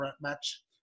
match